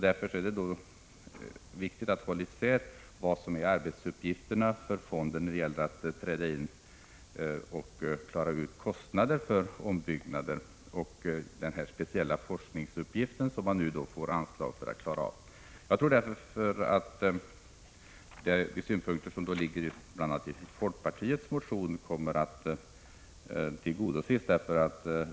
Därför är det viktigt att hålla isär vad som är fondens uppgift när det gäller kostnader för ombyggnader och den här speciella forskningsuppgiften som man nu får anslag till. Jag tror därför att de synpunkter som finns bl.a. i folkpartiets motion kommer att tillgodoses.